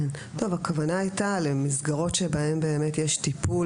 הכוונה הייתה למסגרות בהן באמת יש טיפול